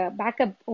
backup